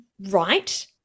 right